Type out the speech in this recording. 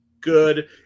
good